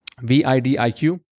V-I-D-I-Q